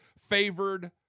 favored